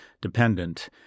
dependent